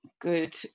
good